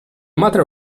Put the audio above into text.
matter